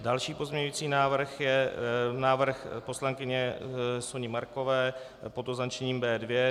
Další pozměňovací návrh je návrh poslankyně Soni Markové pod označením B2.